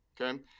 okay